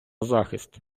захист